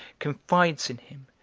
confides in him,